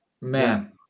Man